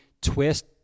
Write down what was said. twist